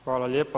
Hvala lijepa.